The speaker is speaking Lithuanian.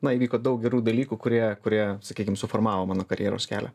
na įvyko daug gerų dalykų kurie kurie sakykim suformavo mano karjeros kelią